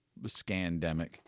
scandemic